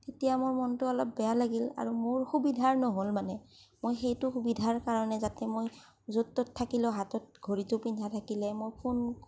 তেতিয়া মোৰ মনটো অলপ বেয়া লাগিল আৰু মোৰ সুবিধাৰ নহ'ল মানে মই সেইটো সুবিধাৰ কাৰণে যাতে মই য'ত ত'ত থাকিলেও হাতত ঘড়ীটো পিন্ধা থাকিলে মই ফোন